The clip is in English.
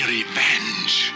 revenge